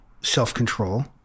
self-control